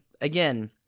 again